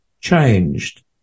changed